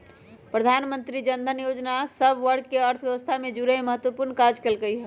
प्रधानमंत्री जनधन जोजना सभ वर्गके अर्थव्यवस्था से जुरेमें महत्वपूर्ण काज कल्कइ ह